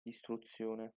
distruzione